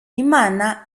imana